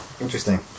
Interesting